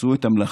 עשו את המלאכה,